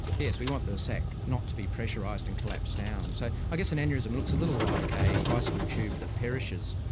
yes, we want the sac not to be pressurised and collapse down. so i guess an aneurysm looks a little like a bicycle tube that perishes,